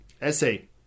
essay